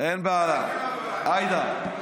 אין בעיה, עאידה.